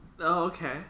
okay